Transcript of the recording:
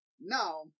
Now